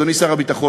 אדוני שר הביטחון,